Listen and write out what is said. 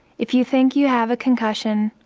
if you think you have a concussion,